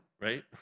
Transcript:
right